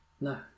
No